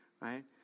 right